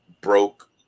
broke